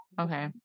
Okay